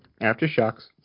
Aftershocks